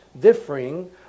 differing